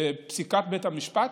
פסיקת בית המשפט,